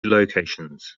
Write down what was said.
locations